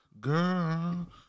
Girl